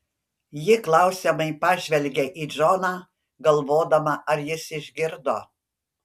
ji klausiamai pažvelgia į džoną galvodama ar jis išgirdo